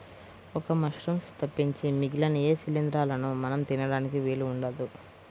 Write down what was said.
ఒక్క మశ్రూమ్స్ తప్పించి మిగిలిన ఏ శిలీంద్రాలనూ మనం తినడానికి వీలు ఉండదు